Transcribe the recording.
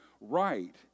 right